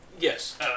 Yes